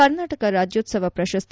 ಕರ್ನಾಟಕ ರಾಜ್ಯೋತ್ಸವ ಪ್ರಶಸ್ತಿ